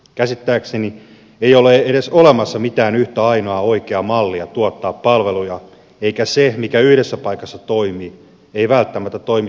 käsittääkseni ei ole edes olemassa mitään yhtä ainoaa oikeaa mallia tuottaa palveluja eikä se mikä yhdessä paikassa toimii välttämättä toimi toisessa paikassa